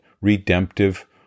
redemptive